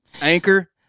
Anchor